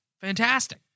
fantastic